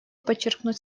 подчеркнуть